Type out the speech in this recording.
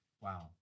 Wow